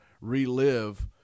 relive